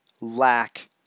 lack